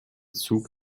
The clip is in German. zug